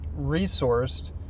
resourced